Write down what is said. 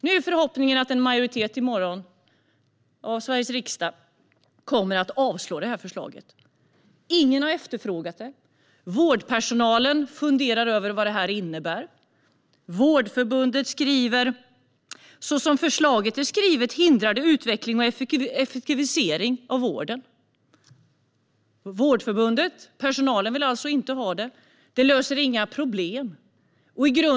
Nu är förhoppningen att en majoritet av Sveriges riksdag i morgon kommer att avslå förslaget. Ingen har efterfrågat det. Vårdpersonalen funderar över vad det innebär. Vårdförbundet skriver: Så som förslaget är skrivet hindrar det utveckling och effektivisering av vården. Vårdförbundet, personalen, vill alltså inte ha förslaget. Det löser inga problem.